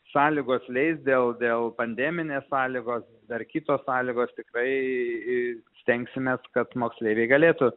sąlygos leis dėl dėl pandeminės sąlygos dar kitos sąlygos tikrai stengsimės kad moksleiviai galėtų